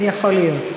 יכול להיות.